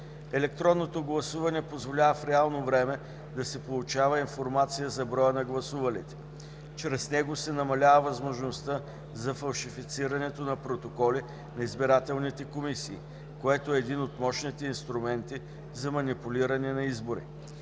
Електронното гласуване позволява в реално време да се получава информация за броя на гласувалите. Чрез него се намалява възможността за фалшифицирането на протоколи на избирателните комисии, което е един от мощните инструменти за манипулиране на избори.